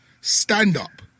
Stand-up